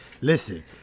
Listen